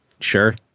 Sure